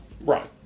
Right